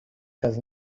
does